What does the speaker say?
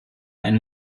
ein